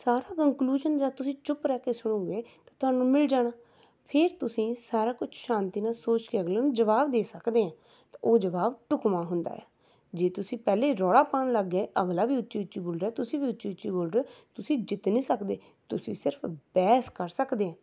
ਸਾਰਾ ਕਨਕਲੂਜਨ ਜਦ ਤੁਸੀਂ ਚੁੱਪ ਰਹਿ ਕੇ ਸੁਣੋਗੇ ਤਾਂ ਤੁਹਾਨੂੰ ਮਿਲ ਜਾਣਾ ਫਿਰ ਤੁਸੀਂ ਸਾਰਾ ਕੁਝ ਸ਼ਾਂਤੀ ਨਾਲ ਸੋਚ ਕੇ ਅਗਲੇ ਨੂੰ ਜਵਾਬ ਦੇ ਸਕਦੇ ਆ ਅਤੇ ਉਹ ਜਵਾਬ ਢੁੱਕਵਾਂ ਹੁੰਦਾ ਹੈ ਜੇ ਤੁਸੀਂ ਪਹਿਲੇ ਰੌਲਾ ਪਾਉਣ ਲੱਗ ਗਏ ਅਗਲਾ ਵੀ ਉੱਚੀ ਉੱਚੀ ਬੋਲ ਰਿਹਾ ਤੁਸੀਂ ਵੀ ਉੱਚੀ ਉੱਚੀ ਬੋਲ ਰਹੇ ਹੋ ਤੁਸੀਂ ਜਿੱਤ ਨਹੀਂ ਸਕਦੇ ਤੁਸੀਂ ਸਿਰਫ ਬਹਿਸ ਕਰ ਸਕਦੇ ਆ